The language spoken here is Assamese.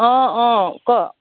অঁ অঁ ক